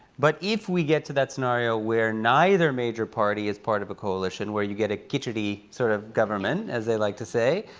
but if we get to that scenario where neither major party is part of a coalition, where you get a khichdi sort of government, as they like to say,